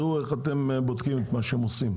ראו איך אתם בודקים את מה שהם עושים.